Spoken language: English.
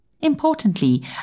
Importantly